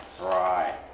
Right